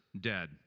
dead